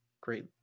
great